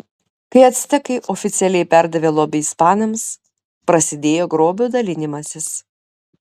kai actekai oficialiai perdavė lobį ispanams prasidėjo grobio dalinimasis